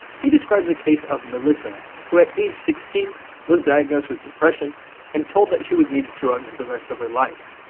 he describes the case of melissa, who at age sixteen was diagnosed with depression and told that she would need drugs the rest of her life.